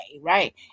right